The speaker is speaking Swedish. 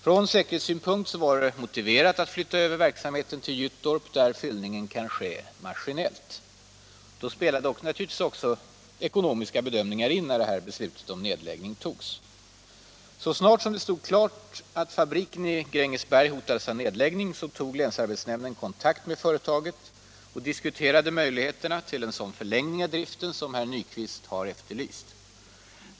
Från säkerhetssynpunkt var det motiverat att flytta över verksamheten till Gyttorp, där fyllningen kan ske maskinellt. Naturligtvis spelade också ekonomiska bedömningar in när det här beslutet om nedläggning togs. Så snart det stod klart att fabriken i Grängesberg hotades av nedläggning tog länsarbetsnämnden kontakt med företaget och diskuterade möjligheterna för en sådan förlängning av verksamheten som herr Nyquist har efterlyst.